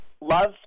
love